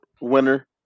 winner